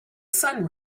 sun